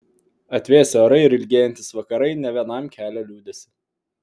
atvėsę orai ir ilgėjantys vakarai ne vienam kelia liūdesį